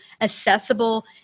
accessible